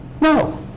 No